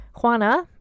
juana